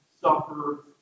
suffer